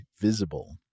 Visible